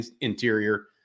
interior